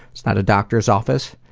it's not a doctor's office.